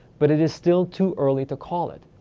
but it is still too early to call it.